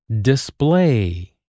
display